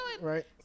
Right